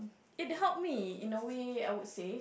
it helped me in a way I would say